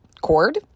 cord